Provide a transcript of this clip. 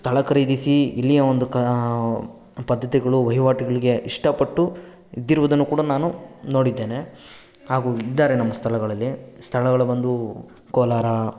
ಸ್ಥಳ ಖರೀದಿಸಿ ಇಲ್ಲಿಯ ಒಂದು ಕ ಪದ್ಧತಿಗಳು ವಹಿವಾಟುಗಳಿಗೆ ಇಷ್ಟಪಟ್ಟು ಇದ್ದಿರುವುದನ್ನು ಕೂಡ ನಾನು ನೋಡಿದ್ದೇನೆ ಹಾಗೂ ಇದ್ದಾರೆ ನಮ್ಮ ಸ್ಥಳಗಳಲ್ಲಿ ಸ್ಥಳಗಳು ಬಂದು ಕೋಲಾರ